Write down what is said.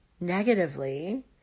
negatively